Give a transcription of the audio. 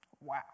Wow